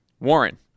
Warren